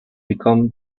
become